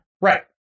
Right